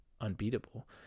unbeatable